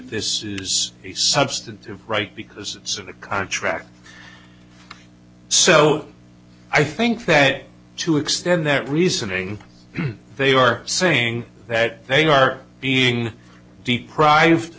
this is the substantive right because it's of the contract so i think that to extend that reasoning they are saying that they are being deprived